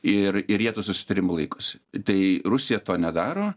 ir ir jie tų susitarimų laikosi tai rusija to nedaro